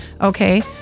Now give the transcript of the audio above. Okay